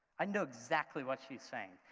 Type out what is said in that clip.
i know exactly what she's saying.